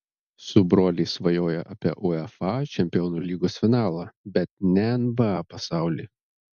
su broliais svajojo apie uefa čempionų lygos finalą bet ne nba pasaulį